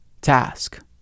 task